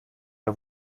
ihr